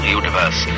universe